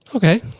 Okay